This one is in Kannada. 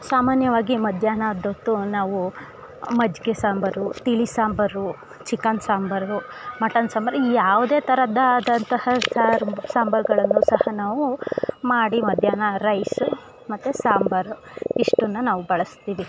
ಸಾಮಾನ್ಯವಾಗಿ ಮಧ್ಯಾಹ್ನದೊತ್ತು ನಾವು ಮಜ್ಜಿಗೆ ಸಾಂಬಾರು ತಿಳಿ ಸಾಂಬಾರು ಚಿಕನ್ ಸಾಂಬಾರು ಮಟನ್ ಸಾಂಬಾರು ಯಾವುದೇ ಥರದಾದಂತಹ ಸಾರು ಬ ಸಾಂಬಾರುಗಳನ್ನು ಸಹ ನಾವು ಮಾಡಿ ಮಧ್ಯಾಹ್ನ ರೈಸ್ ಮತ್ತು ಸಾಂಬಾರು ಇಷ್ಟನ್ನು ನಾವು ಬಳಸ್ತೀವಿ